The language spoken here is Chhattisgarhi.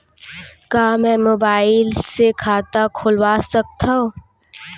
का मैं मोबाइल से खाता खोलवा सकथव?